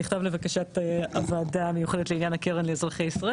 אני אציג את המסמך שנכתב לבקשת הוועדה המיוחדת לעניין הקרן לאזרחי ישראל